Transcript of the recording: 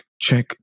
check